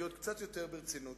יותר ברצינות.